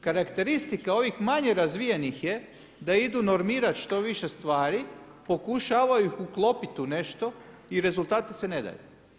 Karakteristike ovih manje razvijenih je da idu normirati što više stvari, pokušavaju ih uklopiti u nešto i rezultati se me daju.